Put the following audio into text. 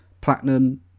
platinum